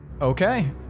Okay